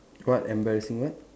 what embarrassing what